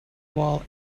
wall